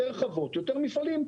יותר חוות יותר מפעלים,